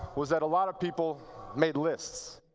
was that a lot of people made lists.